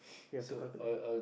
you have to calculate